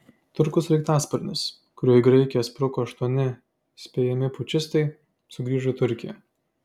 turkų sraigtasparnis kuriuo į graikiją spruko aštuoni spėjami pučistai sugrįžo į turkiją